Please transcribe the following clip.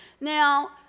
Now